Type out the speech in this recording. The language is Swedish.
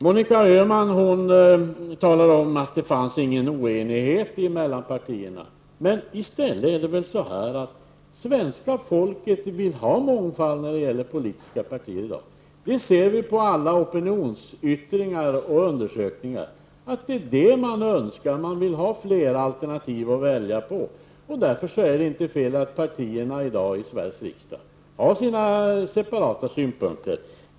Monica Öhman talar om att det inte finns någon oenighet mellan partierna. Men i stället är det så att svenska folket vill ha mångfald när det gäller politiska partier i dag. Det ser vi på alla opionionsyttringar och undersökningar. Folk vill ha fler alternativ att välja mellan. Därför är det inte fel att partierna i dag i Sveriges riksdag har sina separata synpunkter.